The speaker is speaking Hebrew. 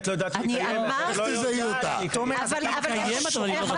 איך אדוני יודע שהיא קיימת?